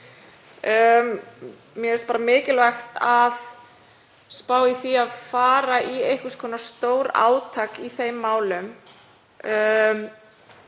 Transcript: Mér finnst bara mikilvægt að spá í að fara í einhvers konar stórátak í þeim málum.